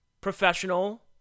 professional